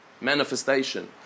manifestation